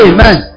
Amen